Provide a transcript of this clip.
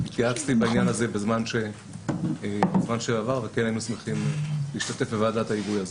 התייעצתי בעניין הזה וכן היינו שמחים להשתתף בוועדת ההיגוי הזאת.